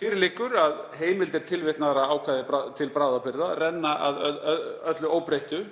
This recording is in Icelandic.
Fyrir liggur að heimildir tilvitnaðra ákvæða til bráðabirgða renna að öllu óbreyttu